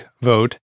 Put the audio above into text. vote